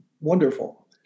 wonderful